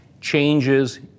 changes